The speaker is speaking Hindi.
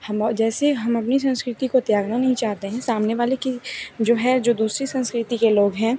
हम जैसे हम अपनी संस्कृति को त्यागना नहीं चाहते हैं सामने वाले की जो है जो दूसरी संस्कृति के लोग हैं